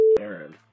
Aaron